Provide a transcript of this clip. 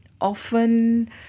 often